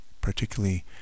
particularly